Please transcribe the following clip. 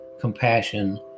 compassion